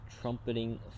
trumpeting